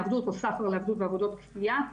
עבדות או סחר לעבדות ועבודות כפייה.